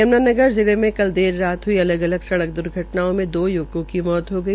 यमुनानगर जिले में कल देर रात हुई अलग अलग सड़क दुर्घटनाओं में दो य्वकों की मौत हो गई